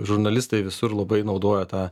žurnalistai visur labai naudoja tą